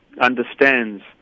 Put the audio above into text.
understands